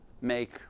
make